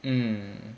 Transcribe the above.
mm